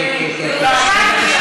תקשיבי ותשמעי,